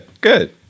good